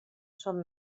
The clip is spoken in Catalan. són